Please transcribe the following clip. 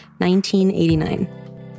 1989